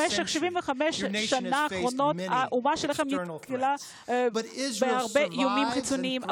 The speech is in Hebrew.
בשלושת רבעי המאה האחרונים האומה שלכם נתקלה בהרבה איומים חיצוניים,